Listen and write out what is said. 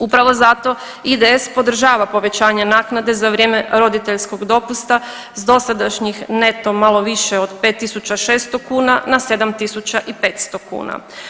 Upravo zato IDS podržava povećanje naknade za vrijeme roditeljskog dopusta s dosadašnjih neto malo više od 5.600 kuna na 7.500 kuna.